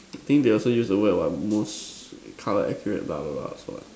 I think they also use the word what most colour accurate blah blah blah also what